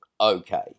Okay